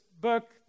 book